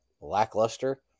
lackluster